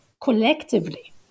collectively